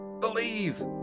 believe